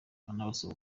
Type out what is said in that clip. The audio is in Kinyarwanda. anabasaba